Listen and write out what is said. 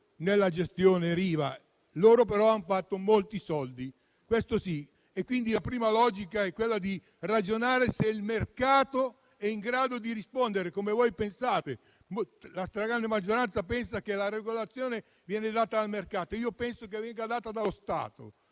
nella gestione Riva. Loro però hanno fatto molti soldi, questo sì. Quindi la prima logica è quella di ragionare se il mercato è in grado di rispondere. La stragrande maggioranza pensa che la regolazione venga data dal mercato, io penso che venga data dallo Stato.